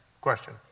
Question